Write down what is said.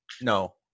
no